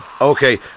Okay